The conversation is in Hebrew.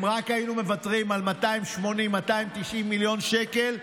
אם רק היינו מוותרים על 280 290 מיליון שקל,